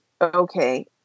okay